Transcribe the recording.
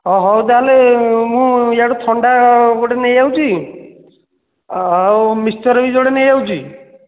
ହଉ ତାହେଲେ ମୁଁ ଏଆଡୁ ଥଣ୍ଡା ଗୋଟେ ନେଇଯାଉଛି ଆଉ ମିକ୍ସଚ୍ର ବି ଯୋଡ଼େ ନେଇଯାଉଛି